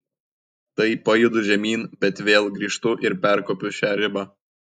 tai pajudu žemyn bet vėl grįžtu ir perkopiu šią ribą